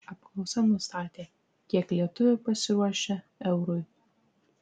apklausa nustatė kiek lietuvių pasiruošę eurui